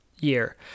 year